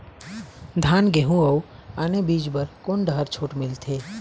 धान गेहूं अऊ आने बीज बर कोन डहर छूट मिलथे?